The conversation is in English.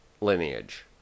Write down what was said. lineage